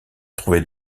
trouvait